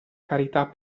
carità